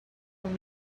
want